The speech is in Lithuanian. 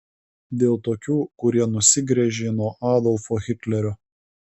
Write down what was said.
dėl tokių kurie nusigręžė nuo adolfo hitlerio